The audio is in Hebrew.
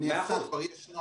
מאה אחוז.